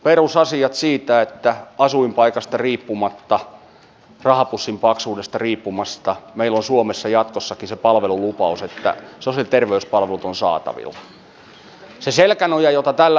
perusasia on että asuinpaikasta riippumatta rahapussin paksuudesta riippumatta meillä on suomessa jatkossakin se palvelulupaus että sosiaali ja terveyspalvelut ovat saatavilla